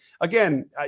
again